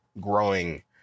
growing